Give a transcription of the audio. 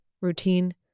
routine